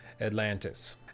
atlantis